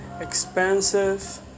Expensive